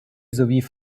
sowie